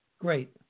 Great